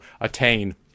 attain